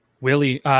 Willie